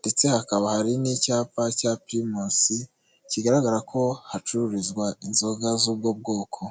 ndetse hakaba hari n'icyapa cya Primusi kigaragara ko hacururizwa inzoga z'ubwo bwoko.